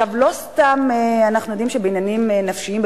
לא סתם אנחנו יודעים שבעניינים נפשיים,